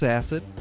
acid